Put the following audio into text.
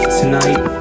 tonight